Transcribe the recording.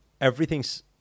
everything's